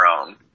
own